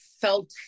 felt